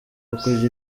kugira